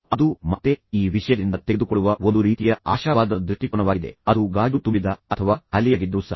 ಅದು ಮತ್ತೆ ಈ ವಿಷಯದಿಂದ ತೆಗೆದುಕೊಳ್ಳುವ ಒಂದು ರೀತಿಯ ಆಶಾವಾದದ ದೃಷ್ಟಿಕೋನವಾಗಿದೆ ಅದು ಗಾಜು ತುಂಬಿದ ಅಥವಾ ಖಾಲಿಯಾಗಿದ್ದರೂ ಸಹ